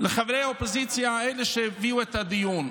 לחברי האופוזיציה, אלה שהביאו את הדיון: